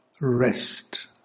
rest